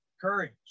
courage